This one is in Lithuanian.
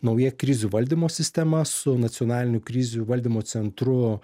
nauja krizių valdymo sistema su nacionaliniu krizių valdymo centru